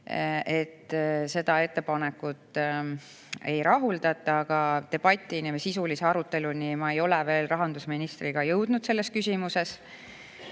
et seda ettepanekut ei rahuldata, aga debati või sisulise aruteluni ma ei ole veel rahandusministriga jõudnud selles küsimuses.